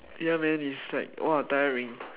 ya man it's like !wah! tiring